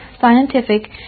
scientific